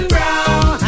Brown